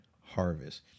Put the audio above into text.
harvest